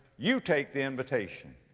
you take the invitation.